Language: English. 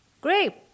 Great